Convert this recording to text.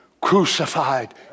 crucified